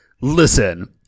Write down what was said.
listen